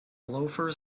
loafers